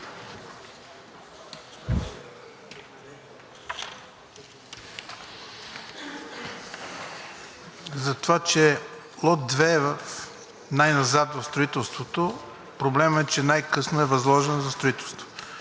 Затова, че лот 2 е най-назад в строителството, проблемът е, че най-късно е възложен за строителство.